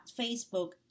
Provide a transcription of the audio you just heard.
Facebook